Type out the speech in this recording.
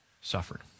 suffered